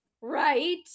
Right